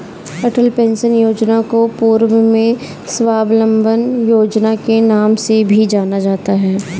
अटल pension योजना को पूर्व में स्वाबलंबन योजना के नाम से भी जाना जाता था